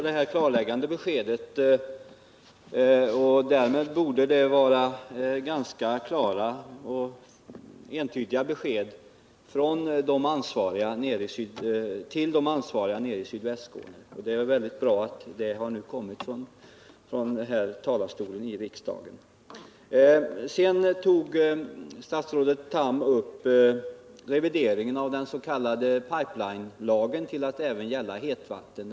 Herr talman! Jag tackar statsrådet för det här klarläggande beskedet. Därmed borde de ansvariga i sydvästra Skåne ha fått klara och entydiga besked. Det är väldigt bra att det har lämnats här ifrån kammarens talarstol. Statsrådet Tham tog upp möjligheten av en komplettering av den s.k. pipelinelagen till att även gälla hetvatten.